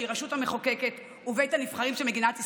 שהיא הרשות המחוקקת ובית הנבחרים של מדינת ישראל,